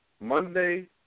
Monday